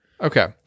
Okay